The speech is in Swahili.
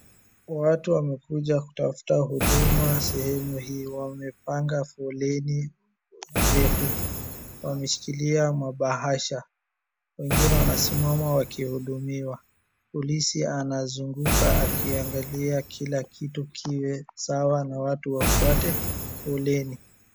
Wagu wamekuja kutafuta huduma sehemu hii. Wamepanga foleni ndefu. Wameshikilia mabahasha. Wengine wamesimama wakihudumiwa. Polisi anazunguka akiangalia kila kitu kiwe sawa na watu wafuate foleni.